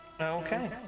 Okay